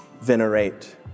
venerate